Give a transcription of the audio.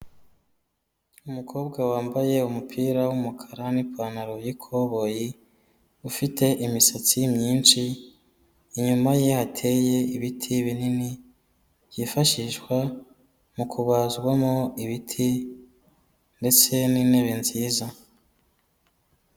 Umukobwa wambaye umupira w'umukara n'ipantaro y'ikoboyi, ufite imisatsi myinshi, inyuma ye hateye ibiti binini byifashishwa mu kubazwamo ibiti ndetse n'intebe nziza.